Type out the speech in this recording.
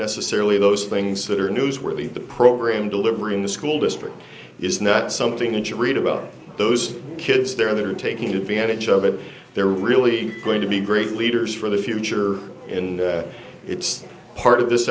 necessarily those things that are newsworthy the program delivering the school district is not something that you read about those kids there that are taking advantage of it they're really going to be great leaders for the future in it's part of this